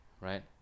right